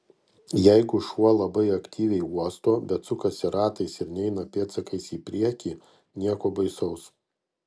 jeigu šuo labai aktyviai uosto bet sukasi ratais ir neina pėdsakais į priekį nieko baisaus